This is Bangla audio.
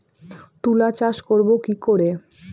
তুলা চাষ করব কি করে?